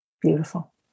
Beautiful